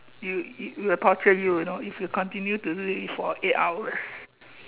you that will torture you you know if you continue to do it for eight hours